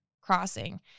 crossing